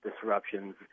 disruptions